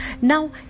Now